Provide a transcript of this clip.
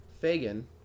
Fagan